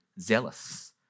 zealous